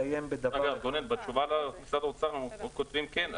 כי -- גונן, בתשובת משרד האוצר הם כותבים שכן.